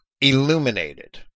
illuminated